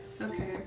Okay